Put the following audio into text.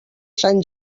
sant